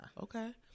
okay